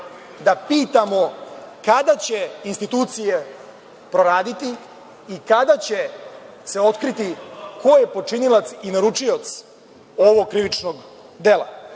da pitamo kada će institucije proraditi i kada će se otkriti ko je počinilac i naručilac ovog krivičnog dela? Ovaj